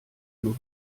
nur